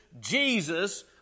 Jesus